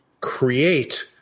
create